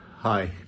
Hi